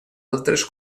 altres